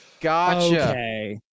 Gotcha